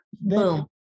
Boom